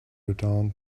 return